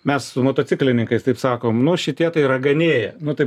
mes su motociklininkais taip sakome nu šitie tai raganėja nu tai